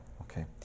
Okay